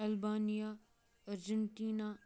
Albania Argentina